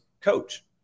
coach